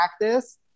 practice